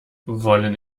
wollen